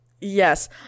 yes